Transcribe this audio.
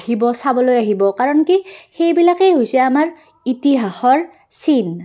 আহিব চাবলৈ আহিব কাৰণ কি সেইবিলাকেই হৈছে আমাৰ ইতিহাসৰ চীন